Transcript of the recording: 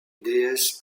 déesse